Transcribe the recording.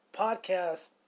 podcast